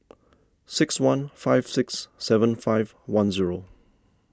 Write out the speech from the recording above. six one five six seven five one zero